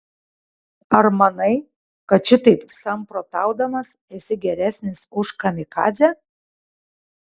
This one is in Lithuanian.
ar manai kad šitaip samprotaudamas esi geresnis už kamikadzę